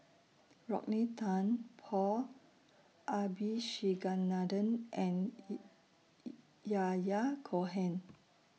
Rodney Tan Paul Abisheganaden and Yahya Cohen